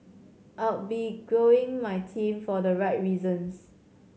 I'll be growing my team for the right reasons